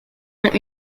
ont